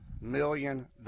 million